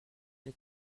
les